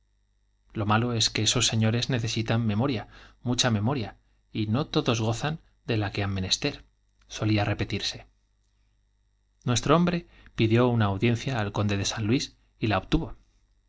lo malo es que esos señores necesitan memo ria mucha memoria y no todos gozan de la que han menester solía repetirse nuestro hombre audiencia al conde de pidió una san luis y la obtuvo